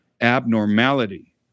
abnormality